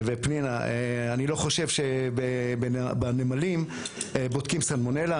ופנינה, אני לא חושב שבנמלים בודקים סלמונלה.